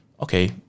Okay